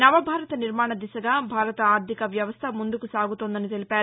నవభారత నిర్మాణ దిశగా భారత ఆర్ధిక వ్యవస్థ ముందుకు సాగుతోందని తెలిపారు